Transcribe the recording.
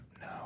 no